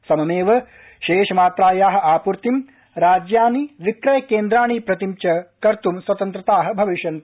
सममेव शेषमात्राया आपूर्ति राज्यानि विक्रयकेन्द्राणि च प्रति कर्तु स्वतन्त्रा भविष्यति